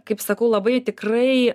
kaip sakau labai tikrai